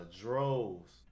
droves